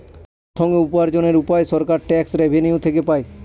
প্রাথমিক উপার্জনের উপায় সরকার ট্যাক্স রেভেনিউ থেকে পাই